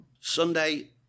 Sunday